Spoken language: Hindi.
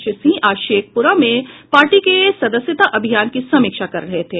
श्री सिंह आज शेखपुरा में पार्टी के सदस्यता अभियान की समीक्षा कर रहे थे